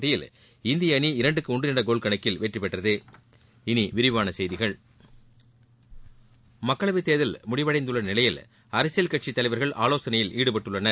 போட்டியில் இந்திய அணி இரண்டுக்கு ஒன்று என்ற கோல் கணக்கில் வெற்றி பெற்றது இனி விரிவான செய்திகள் மக்களவை தேர்தல் முடிவடைந்துள்ள நிலையில் அரசியல் கட்சித் தலைவர்கள் ஆவோசனையில் ஈடுபட்டுள்ளனர்